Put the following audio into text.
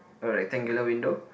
a rectangular window